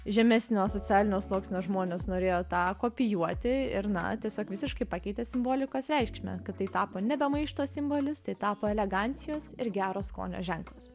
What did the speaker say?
žemesnio socialinio sluoksnio žmonės norėjo tą kopijuoti ir na tiesiog visiškai pakeitė simbolikos reikšmę kad tai tapo nebe maišto simbolis tai tapo elegancijos ir gero skonio ženklas